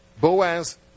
Boaz